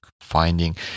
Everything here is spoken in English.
finding